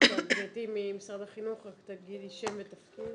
בבקשה, גבירתי ממשרד החינוך, רק תגידי שם ותפקיד.